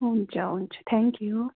हुन्छ हुन्छ थ्याङ्कयू